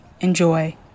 Enjoy